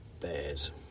Bears